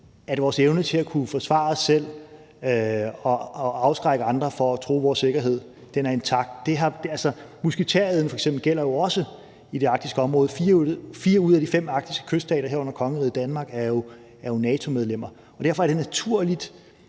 at vores evne til at kunne forsvare os selv og afskrække andre fra at true vores sikkerhed, er intakt. Altså, musketereden gælder jo f.eks. også i det arktiske område, fire ud af de fem arktiske kyststater, herunder kongeriget Danmark, er jo NATO-medlemmer, og derfor er det naturligt